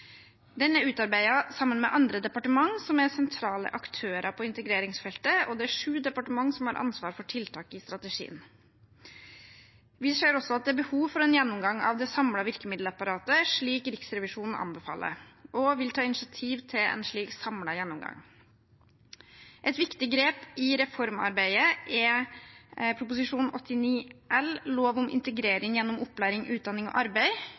Den er utarbeidet sammen med andre departementer som er sentrale aktører på integreringsfeltet, og det er sju departementer som har ansvar for tiltak i strategien. Vi ser også at det er behov for en gjennomgang av det samlede virkemiddelapparatet, slik Riksrevisjonen anbefaler, og vil ta initiativ til en slik samlet gjennomgang. Et viktig grep i reformarbeidet er Prop. 89 L for 2019–2020, lov om integrering gjennom opplæring, utdanning og arbeid,